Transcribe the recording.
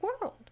world